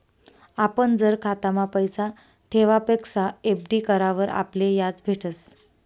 आपण जर खातामा पैसा ठेवापक्सा एफ.डी करावर आपले याज भेटस